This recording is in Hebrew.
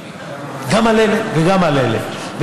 גם על אלה וגם על אלה.